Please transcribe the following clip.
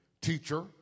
Teacher